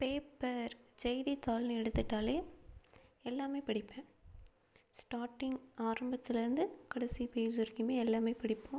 paper செய்தித்தாள்னு எடுத்துட்டாலே எல்லாம் படிப்பேன் ஸ்டார்ட்டிங் ஆரம்பத்துலேருந்து கடைசி பேஜ் வரைக்கும் எல்லாம் படிப்போம்